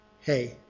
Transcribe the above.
hey